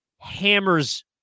hammers